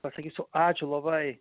pasakysiu ačiū labai